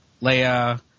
Leia